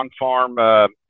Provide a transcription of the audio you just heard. on-farm